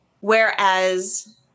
Whereas